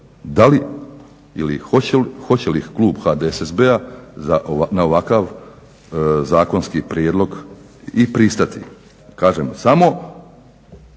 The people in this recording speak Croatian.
li ili hoće li klub HDSSB-a na ovakav zakonski prijedlog i pristati. Kažem, samo